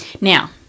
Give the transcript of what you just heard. Now